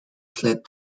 sled